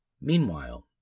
Meanwhile